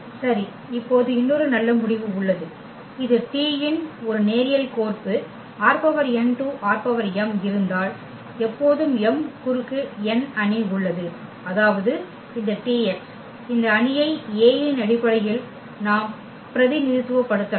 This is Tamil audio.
சரி இப்போது இன்னொரு நல்ல முடிவு உள்ளது இது T இன் ஒரு நேரியல் கோர்ப்பு ℝn → ℝm இருந்தால் எப்போதும் m குறுக்கு n அணி உள்ளது அதாவது இந்த T x இந்த அணியை A இன் அடிப்படையில் நாம் பிரதிநிதித்துவப்படுத்தலாம்